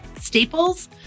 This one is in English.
Staples